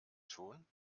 schon